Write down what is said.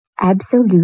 Absolute